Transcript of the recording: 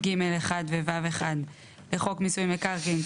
(ג1) ו-(ו1) לחוק מיסוי מקרקעין,